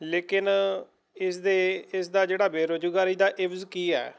ਲੇਕਿਨ ਇਸਦੇ ਇਸਦਾ ਜਿਹੜਾ ਬੇਰੁਜ਼ਗਾਰੀ ਦਾ ਇਵਜ਼ ਕੀ ਹੈ